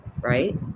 right